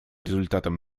результатам